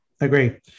Agree